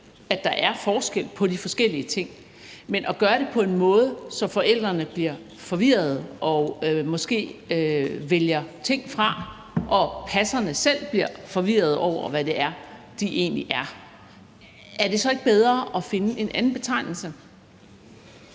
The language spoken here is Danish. at der er forskel på de forskellige ting; men man gør det på en måde, så forældrene bliver forvirret og måske vælger ting fra, og så passerne selv bliver forvirret over, hvad det er, de egentlig er. Er det så ikke bedre at finde en anden betegnelse?